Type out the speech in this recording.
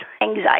anxiety